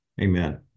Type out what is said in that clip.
amen